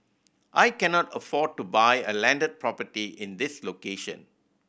I cannot afford to buy a landed property in this location